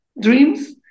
dreams